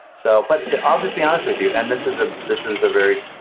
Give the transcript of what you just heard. so but i'll just be honest with you. and this is a this is a very